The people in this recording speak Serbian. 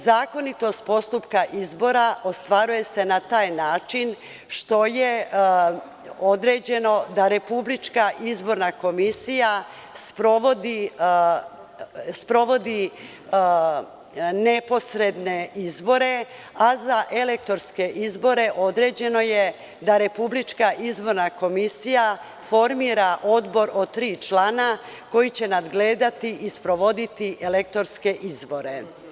Zakonitost postupka izbora ostvaruje se na taj način što je određeno da Republička izborna komisija sprovodi neposredne izbore, a za elektorske izbore određeno je da Republička izborna komisija formira odbor od tri člana koji će nadgledati i sprovoditi elektorske izbore.